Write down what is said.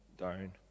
down